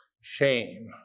shame